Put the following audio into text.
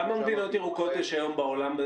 כמה מדינות ירוקות יש היום בעולם?